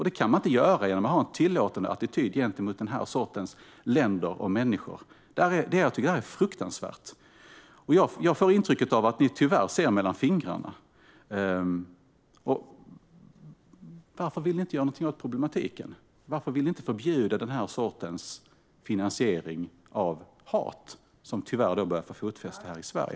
Det kan man inte göra genom att ha en tillåtande attityd gentemot den här sortens länder och människor. Jag tycker att detta är fruktansvärt! Jag får intrycket att ni tyvärr ser mellan fingrarna. Varför vill ni inte göra något åt problematiken? Varför vill ni inte förbjuda denna sorts finansiering av hat, som tyvärr börjar få fotfäste här i Sverige?